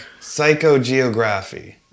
psychogeography